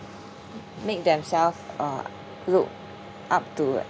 make themselves uh look up to